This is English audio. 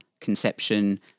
conception